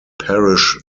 parish